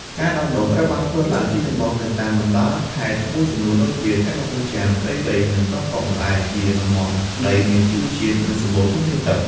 ការដាំដុះត្រូវបានធ្វើឡើងជាចម្បងនៅតាមបណ្តាខេត្តមួយចំនួនដូចជា ខេត្តកំពង់ចាម ព្រៃវែង និងកោះកុង ដែលជាតំបន់ដីមានជីជាតិ និងសម្បូរធនធានទឹក។